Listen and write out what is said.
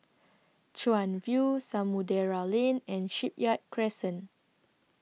Chuan View Samudera Lane and Shipyard Crescent